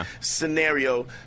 scenario